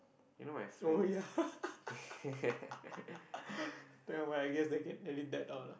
you know my friend